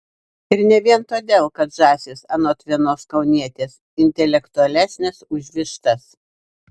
ir ne vien todėl kad žąsys anot vienos kaunietės intelektualesnės už vištas